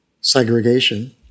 segregation